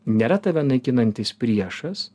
nėra tave naikinantis priešas